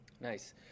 Nice